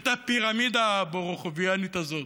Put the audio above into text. את הפירמידה הבורוכוביאנית הזאת,